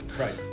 right